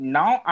now